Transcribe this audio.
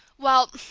well!